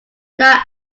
not